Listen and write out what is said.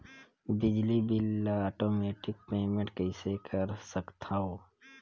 बिजली बिल ल automatic payment कइसे कर सकथव?